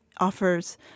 offers